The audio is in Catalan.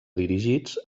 dirigits